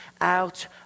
out